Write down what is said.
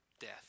death